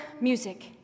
music